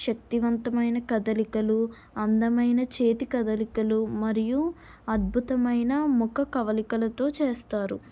శక్తివంతమైన కదలికలు అందమైన చేతి కదలికలు మరియు అద్భుతమైన ముఖ కవలికలతో చేస్తారు